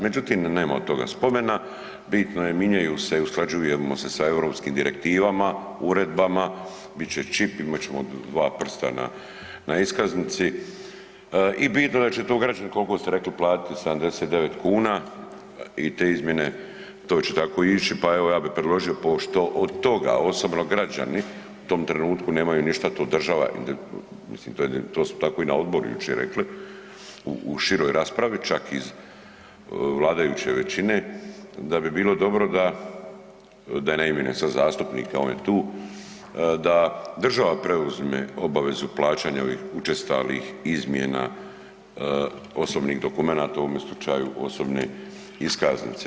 Međutim, nema od toga spomena, bitno je, minjaju se, usklađujemo se sa europskim direktivama, uredbama, bit će čip, imat ćemo dva prsta na, na iskaznici i bitno je da će to građani, koliko ste rekli, platiti 79 kuna i te izmjene, to će tako ići, pa evo ja bi predložio pošto od toga osobno građani u tom trenutku nemaju ništa, to država, mislim to su tako i na odboru jučer rekli u široj raspravi, čak iz vladajuće većine da bi bilo dobro da, da ne imenujem sad zastupnika, on je tu, da država preuzme obvezu plaćanja ovih učestalih izmjena osobnih dokumenata u ovome slučaju osobne iskaznice.